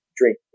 drink